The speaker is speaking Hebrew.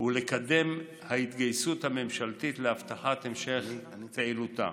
ולקדם את ההתגייסות הממשלתית להבטחת המשך פעילותה.